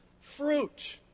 fruit